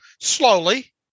slowly